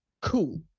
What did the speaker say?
cool